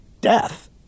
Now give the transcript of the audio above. death